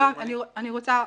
זה הדיון.